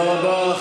תודה רבה.